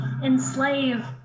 enslave